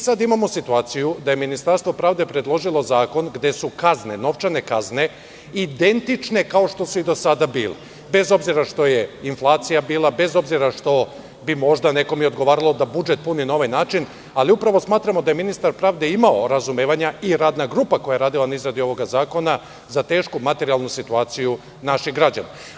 Sada imamo situaciju da je Ministarstvo pravde predložilo zakon gde su novčane kazne identične kao što su i do sada bile, bez obzira što je bila inflacija, bez obzira što bi nekom možda odgovaralo da budžet puni na ovaj način, ali smatramo da je ministar pravde imao razumevanjai radna grupa koja je radila na izradi ovog zakona za tešku materijalnu situaciju naših građana.